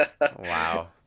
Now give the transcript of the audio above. Wow